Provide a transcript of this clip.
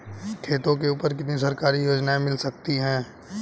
खेतों के ऊपर कितनी सरकारी योजनाएं मिल सकती हैं?